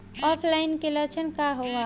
ऑफलाइनके लक्षण क वा?